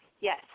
Yes